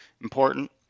important